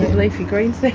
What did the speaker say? leafy greens.